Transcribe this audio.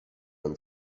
and